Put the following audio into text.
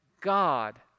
God